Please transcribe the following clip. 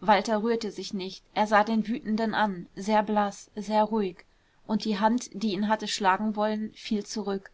walter rührte sich nicht er sah den wütenden an sehr blaß sehr ruhig und die hand die ihn hatte schlagen wollen fiel zurück